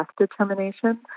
determination